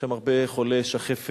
יש שם הרבה חולי שחפת,